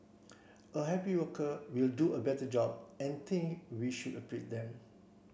a happy worker will do a better job and think we should appreciate them